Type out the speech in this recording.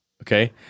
Okay